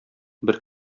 бер